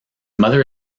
mother